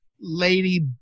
Lady